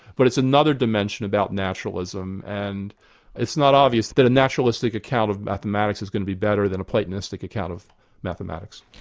but it's another dimension about naturalism, and it's not obvious that a naturalistic account of mathematics is going to be better than a platonistic account of mathematics.